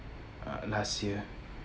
uh last year